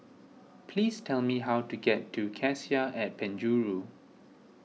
please tell me how to get to Cassia at Penjuru